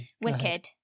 Wicked